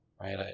right